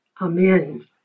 Amen